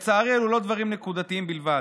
לצערי, אלו לא דברים נקודתיים בלבד.